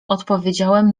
odpowiedziałem